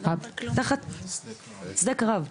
שדה קרב.